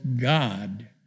God